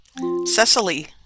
Cecily